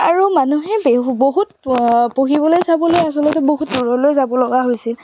আৰু মানুহে বেহু বহুত পঢ়িবলৈ চাবলৈ আচলতে বহুত দূৰলৈ যাবলগা হৈছিল